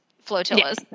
flotillas